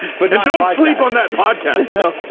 but don't sleep on that podcast. no,